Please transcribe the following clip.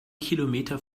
kilometer